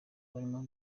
barimo